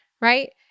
right